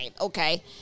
Okay